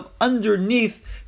underneath